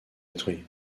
détruits